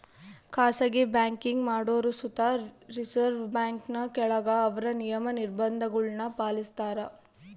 ಖಾಸಗಿ ಬ್ಯಾಂಕಿಂಗ್ ಮಾಡೋರು ಸುತ ರಿಸರ್ವ್ ಬ್ಯಾಂಕಿನ ಕೆಳಗ ಅವ್ರ ನಿಯಮ, ನಿರ್ಭಂಧಗುಳ್ನ ಪಾಲಿಸ್ತಾರ